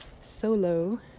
solo